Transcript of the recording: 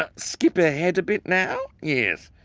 ah skip ahead a bit now. yes,